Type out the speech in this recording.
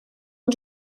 amb